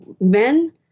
Men